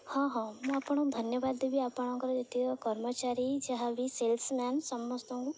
ହଁ ହଁ ମୁଁ ଆପଣଙ୍କୁ ଧନ୍ୟବାଦ ଦେବି ଆପଣଙ୍କର ଯେତେକ କର୍ମଚାରୀ ଯାହାବି ସେଲ୍ସମ୍ୟାନ୍ ସମସ୍ତଙ୍କୁ